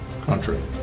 country